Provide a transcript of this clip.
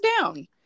down